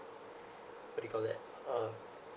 what do you call that um